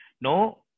no